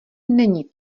není